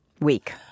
Week